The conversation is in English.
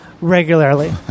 regularly